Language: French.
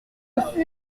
fut